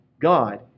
God